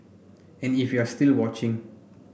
and if you're still watching